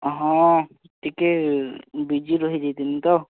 ହଁ ଟିକେ ବିଜି ରହି ଯାଇଥିଲି ତ